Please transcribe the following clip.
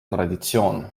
traditsioon